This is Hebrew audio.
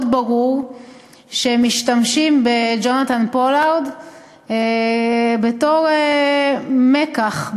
ברור שמשתמשים בג'ונתן פולארד בתור מיקח,